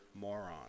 moron